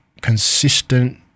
consistent